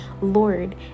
Lord